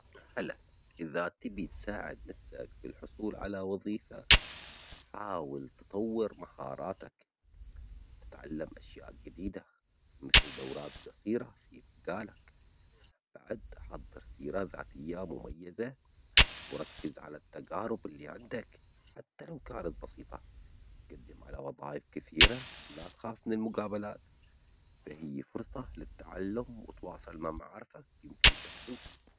هلأ إذا تبي تساعد نفسك في الحصول على وظيفة حاول تطور مهاراتك، تتعلم أشياء جديدة مثل دورات جصيرة في مجالك، بعد حضر سيرة ذاتية مميزة، وركز على التجارب اللي عندك حتي لو كانت بسيطة ،جدم عل وظايف كثيرة ، لا تخاف من المجابلات ،فهي فرصة للتعلم ،و تواصل مع معارفك يمكن يساعدوك.